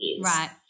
Right